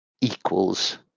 equals